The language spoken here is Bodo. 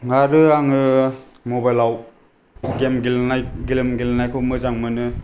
आरो आङो मबाइलाव गेम गेलेनाय गेम गेलेनायखौ मोजां मोनो